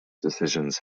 decisions